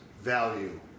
value